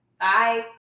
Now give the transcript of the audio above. Bye